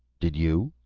did you?